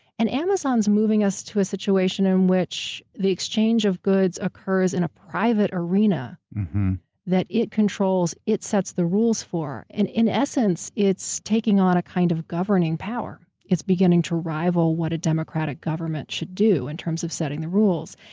and amazon's moving us to a situation in which the exchange of goods occurs in a private arena that it controls, it sets the rules for. and in essence, it's taking on a kind of governing power. it's beginning to rival what a democratic government should do in terms of setting the rules.